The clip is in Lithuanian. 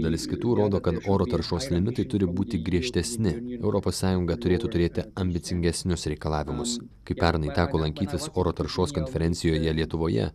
dalis kitų rodo kad oro taršos limitai turi būti griežtesni europos sąjunga turėtų turėti ambicingesnius reikalavimus kai pernai teko lankytis oro taršos konferencijoje lietuvoje